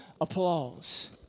applause